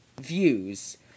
views